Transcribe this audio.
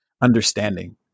understanding